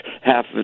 half